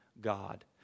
God